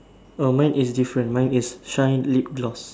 oh mine is different mine is shine lip gloss